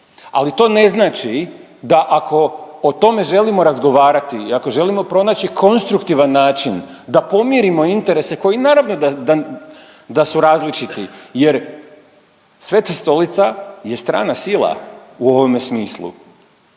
ali to ne znači da ako o tome želimo razgovarati i ako želimo pronaći konstruktivan način da pomirimo interese koji naravno da, da, da su različiti jer Sveta stolica je strana sila u ovome smislu